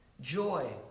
joy